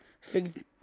fig